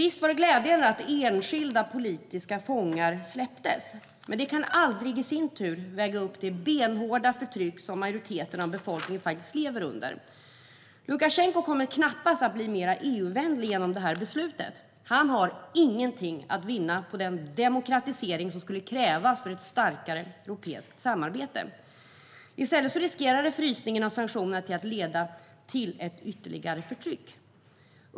Visst var det glädjande att enskilda politiska fångar släpptes, men det kan aldrig i sin tur väga upp det benhårda förtryck majoriteten av befolkningen faktiskt lever under. Lukasjenko kommer knappast att bli mer EU-vänlig genom det här beslutet. Han har ingenting att vinna på den demokratisering som skulle krävas för ett starkare europeiskt samarbete. I stället riskerar frysningen av sanktionerna att leda till ytterligare förtryck.